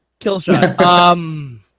Killshot